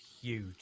huge